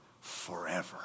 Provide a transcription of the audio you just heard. forever